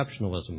exceptionalism